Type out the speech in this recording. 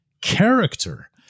character